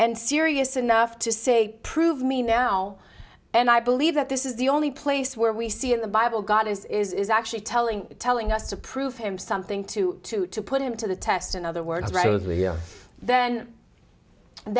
and serious enough to say prove me now and i believe that this is the only place where we see in the bible god is actually telling telling us to prove him something to to to put him to the test in other words then then